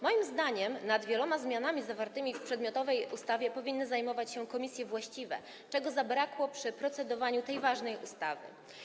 Moim zdaniem wieloma zmianami zawartymi w przedmiotowej ustawie powinny zajmować się właściwe komisje, czego zabrakło przy procedowaniu tej ważnej ustawy.